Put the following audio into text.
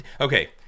Okay